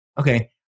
okay